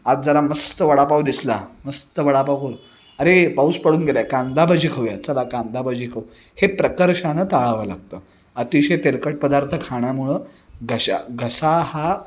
आज जरा मस्त वडापाव दिसला मस्त वडापाव खाऊ अरे पाऊस पडून गेला आहे कांदाभजी खाऊया चला कांदाभजी खाऊ हे प्रकर्षानं टाळावं लागतं अतिशय तेलकट पदार्थ खाण्यामुळं घशा घसा हा